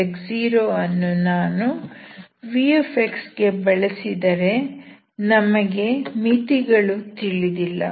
v ಅನ್ನು ನಾನು v ಗೆ ಬಳಸಿದರೆ ನಮಗೆ ಮಿತಿ ಗಳು ತಿಳಿದಿಲ್ಲ